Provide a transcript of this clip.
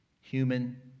human